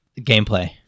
Gameplay